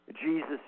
Jesus